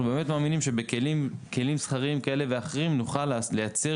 כי אנחנו באמת מאמינים שבכלים שכריים כאלה ואחרים נוכל לייצר